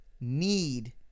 need